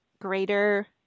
greater